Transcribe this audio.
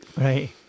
Right